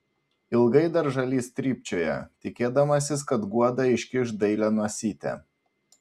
ilgai dar žalys trypčioja tikėdamasis kad guoda iškiš dailią nosytę